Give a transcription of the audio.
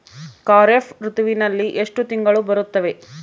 ಖಾರೇಫ್ ಋತುವಿನಲ್ಲಿ ಎಷ್ಟು ತಿಂಗಳು ಬರುತ್ತವೆ?